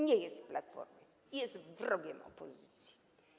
Nie jest z Platformy, jest wrogiem opozycji.